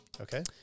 Okay